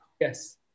Yes